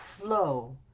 flow